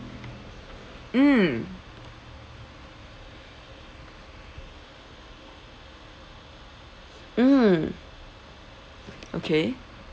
mm mm okay